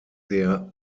der